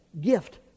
gift